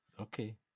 Okay